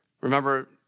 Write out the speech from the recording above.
Remember